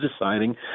deciding